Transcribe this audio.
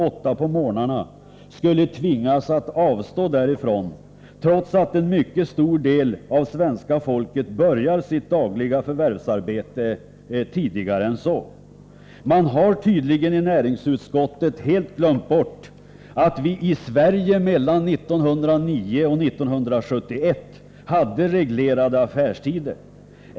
8 på morgnarna skulle tvingas att avstå därifrån, trots att en mycket stor del av svenska folket börjar sitt dagliga förvärvsarbete tidigare än så.” Man har tydligen i näringsutskottet helt glömt bort att vi i Sverige mellan 1909 och 1971 hade reglerade affärstider.